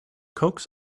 coax